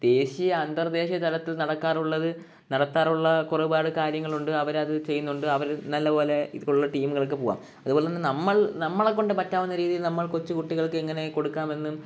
ദേശീയ അന്തർദേശീയ തലത്തിൽ നടക്കാറുള്ളത് നടത്താറുള്ള കുറെ ഒരുപാട് കാര്യങ്ങളുണ്ട് അവരത് ചെയ്യുന്നുണ്ട് അവർ നല്ലതു പോലെ ഇപ്പോൾ ഉള്ള ടീമുകൾക്ക് പോകാം അതുപോലെതന്നെ നമ്മൾ നമ്മളെകൊണ്ട് പറ്റാകുന്നരീതിയിൽ നമ്മൾ കൊച്ചുകുട്ടികൾക്ക് ഇങ്ങനെ കൊടുക്കാമെന്നും